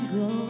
go